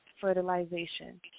fertilization